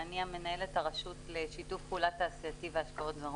מנהלת הרשות לשיתוף פעולה תעשייתי והשקעות.